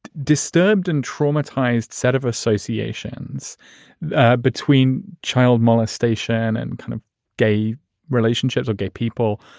disturbed and traumatized set of associations between child molestation and kind of gay relationships or gay people,